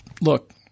Look